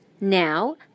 now